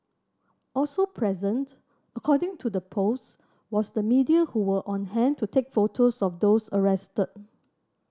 also present according to the post was the media who were on hand to take photos of those arrested